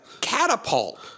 catapult